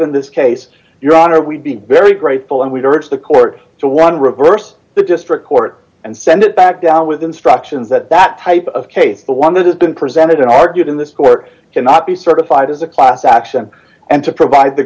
in this case your honor we'd be very grateful and we heard the court to one reverse the district court and send it back down with instructions that that type of case the one that has been presented and argued in this court cannot be certified as a class action and to provide the